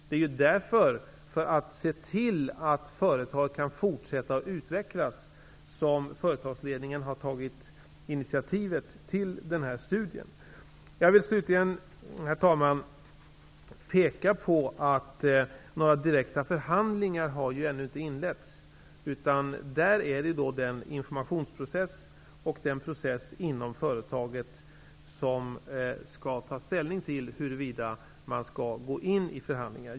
Det är för att se till att företaget kan fortsätta att utvecklas som företagsledningen har tagit initiativ till den här studien. Herr talman! Slutligen vill jag peka på att några direkta förhandlingar ännu inte har inletts. Det är informationsprocessen och processen inom företaget som skall leda fram till att man skall ta ställning till huruvida man skall gå in i förhandlingar.